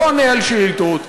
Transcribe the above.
לא עונה על שאילתות.